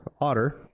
otter